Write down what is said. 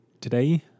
Today